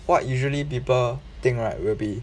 what usually people think right will be